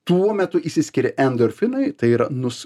tuo metu išsiskiria endorfinai tai yra nus